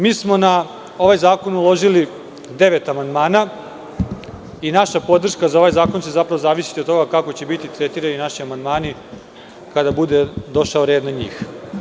Mi smo na ovaj zakon uložili devet amandmana i naša podrška za ovaj zakon će zapravo zavisiti od toga kako će biti tretirani naši amandmani kada bude došao red na njih.